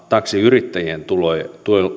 taksiyrittäjien tulojen